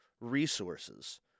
resources